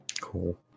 cool